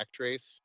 Backtrace